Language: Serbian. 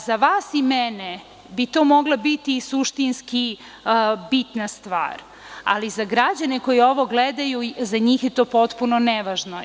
Za vas i mene bi to mogla biti suštinski bitna stvar, ali za građane koji ovo gledaju za njih je to potpuno nevažno.